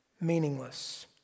meaningless